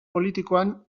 politikoan